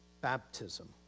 baptism